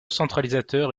centralisateur